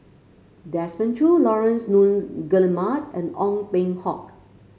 Desmond Choo Laurence Nunn Guillemard and Ong Peng Hock